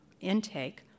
intake